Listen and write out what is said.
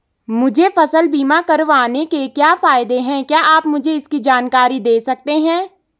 मुझे फसल बीमा करवाने के क्या फायदे हैं क्या आप मुझे इसकी जानकारी दें सकते हैं?